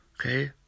Okay